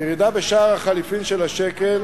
הירידה בשער החליפין של השקל